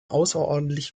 außerordentlich